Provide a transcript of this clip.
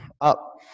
up